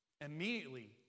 Immediately